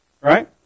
right